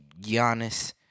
Giannis